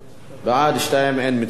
בעד, 2, אין מתנגדים.